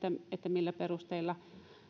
millä perusteilla